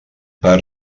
per